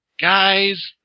guys